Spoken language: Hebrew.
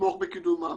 תתמוך בקידומם.